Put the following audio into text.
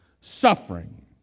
suffering